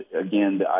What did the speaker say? again